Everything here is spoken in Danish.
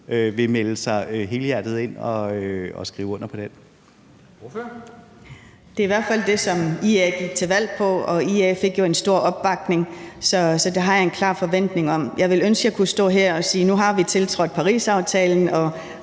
Kl. 20:59 Aaja Chemnitz Larsen (IA): Det er i hvert fald det, som IA gik til valg på, og IA fik jo en stor opbakning, så det har jeg en klar forventning om. Jeg ville ønske, jeg kunne stå her og sige, at nu har vi tiltrådt Parisaftalen,